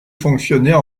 fonctionner